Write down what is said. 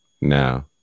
now